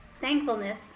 Thankfulness